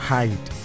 hide